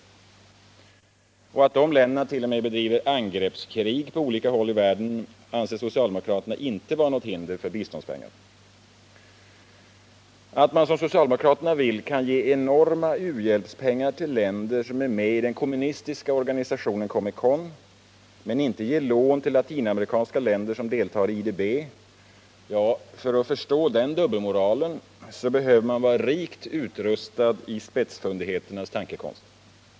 Det förhållandet att de länderna t.o.m. bedriver angreppskrig på olika håll i världen anser socialdemokraterna inte vara något hinder för biståndspengar. Socialdemokraterna vill ge enorma u-hjälpspengar till länder som är med i den kommunistiska organisationen Comecon men de vill inte ge lån till latinamerikanska länder som deltar i IDB — för att förstå den dubbelmoralen behöver man vara rikt utrustad i spetsfundigheternas tankekonst.